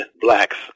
blacks